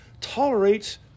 tolerates